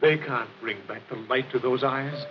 they can bring back to bite to those eye